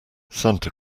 santa